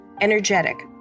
energetic